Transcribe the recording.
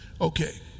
Okay